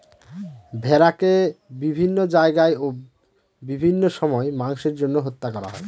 ভেড়াকে বিভিন্ন জায়গায় ও বিভিন্ন সময় মাংসের জন্য হত্যা করা হয়